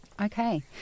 Okay